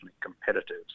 competitive